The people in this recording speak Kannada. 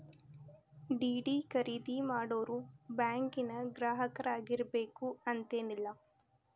ಡಿ.ಡಿ ಖರೇದಿ ಮಾಡೋರು ಬ್ಯಾಂಕಿನ್ ಗ್ರಾಹಕರಾಗಿರ್ಬೇಕು ಅಂತೇನಿಲ್ಲ